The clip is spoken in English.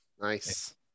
nice